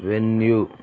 venue